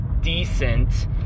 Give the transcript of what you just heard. decent